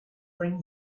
bring